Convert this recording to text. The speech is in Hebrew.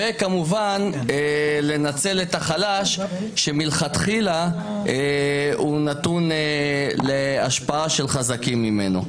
וכמובן לנצל את החלש שמלכתחילה הוא נתון להשפעה של חזקים מנו.